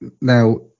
now